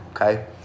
okay